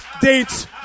dates